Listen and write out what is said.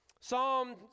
Psalm